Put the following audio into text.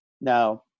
Now